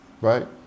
Right